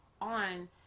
on